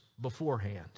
beforehand